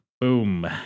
Boom